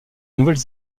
nouvelle